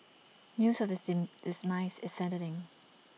news of seem this nice is saddening